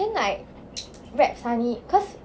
then like brad suddenly cause